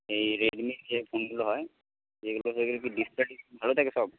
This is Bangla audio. এই রেডমির যে ফোনগুলো হয় যেগুলো থেকে কি ডিসপ্লে টিসপ্লে ভালো থাকে সব